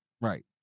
Right